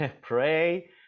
pray